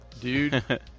Dude